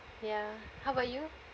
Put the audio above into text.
ya how about you